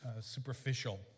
superficial